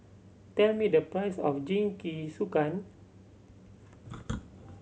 tell me the price of Jingisukan